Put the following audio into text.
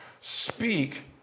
speak